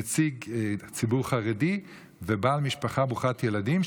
נציג ציבור חרדי ובעל משפחה ברוכת ילדים,